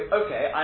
okay